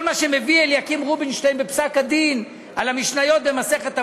כל מה שמביא אליקים רובינשטיין בפסק-הדין על המשניות במסכת אבות,